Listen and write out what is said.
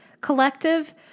collective